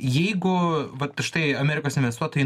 jeigu vat štai amerikos investuotojai